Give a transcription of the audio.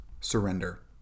surrender